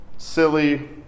silly